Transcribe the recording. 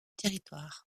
territoire